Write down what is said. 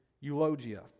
eulogia